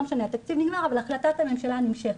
התקציב נגמר אבל החלטת הממשלה נמשכת.